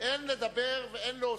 אין לדבר ואין להוסיף,